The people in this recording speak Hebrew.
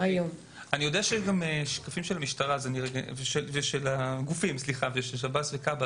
בנושאים של חדשנות ודיגיטציה שמנו דגש מיוחד בתקציב הקרוב.